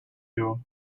you